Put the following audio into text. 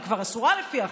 היא כבר אסורה לפי החוק.